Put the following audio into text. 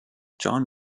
john